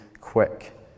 quick